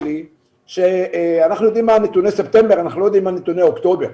אנחנו יודעים מה נתוני ספטמבר ולא יודעים מה נתוני אוקטובר.